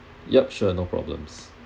yup sure no problems